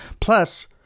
Plus